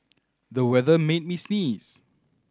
the weather made me sneeze